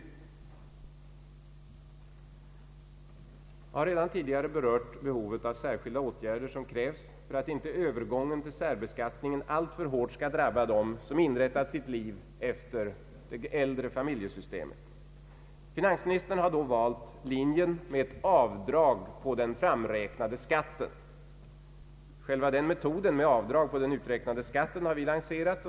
Jag har redan tidigare berört behovet av särskilda åtgärder som krävs för att inte övergången till särbeskattningen alltför hårt skall drabba dem som inrättat sitt liv efter det äldre familjesystemet. Finansministern har då valt linjen med ett avdrag på den framräknade skatten. Själva metoden med avdrag på den uträknade skattten har vi lanserat.